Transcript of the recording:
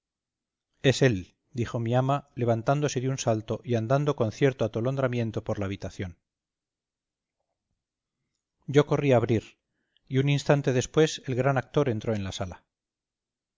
es él dijo mi ama levantándose de un salto y andando con cierto atolondramiento por la habitación yo corrí a abrir y un instante después el gran actor entró en la sala